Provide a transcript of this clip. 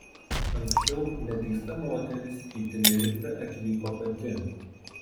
anksčiau neteista moteris į tenerifę atvyko pati